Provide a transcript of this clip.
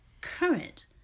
current